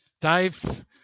Dave